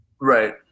right